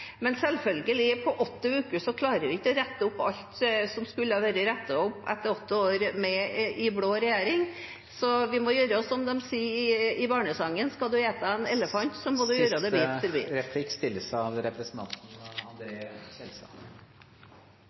på åtte uker klarer vi selvfølgelig ikke å rette opp alt som skulle vært rettet opp etter åtte år med en blå regjering, så vi må gjøre som de sier i barnesangen: Skal du ete en elefant, må du gjøre det